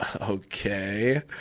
okay